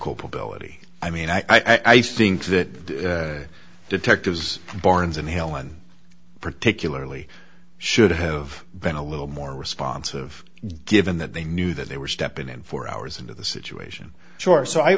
culpability i mean i think that the detectives barnes and helen particularly should have been a little more responsive given that they knew that they were stepping in four hours into the situation sure so